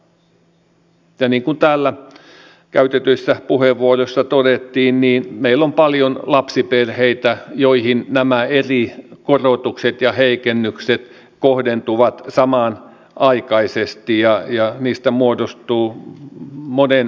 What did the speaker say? niin kuin täällä käytetyissä puheenvuoroissa todettiin meillä on paljon lapsiperheitä joihin nämä eri korotukset ja heikennykset kohdentuvat samanaikaisesti ja niistä muodostuu monen sadan euron kokonaisuus